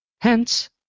hence